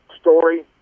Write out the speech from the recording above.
story